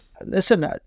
Listen